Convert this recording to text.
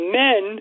men